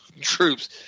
troops